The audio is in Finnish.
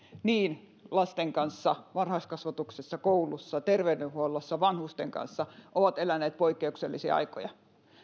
niin lasten kanssa varhaiskasvatuksessa koulussa terveydenhuollossa kuin vanhusten kanssa ovat eläneet poikkeuksellisia aikoja